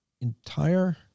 entire